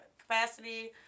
capacity